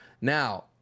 now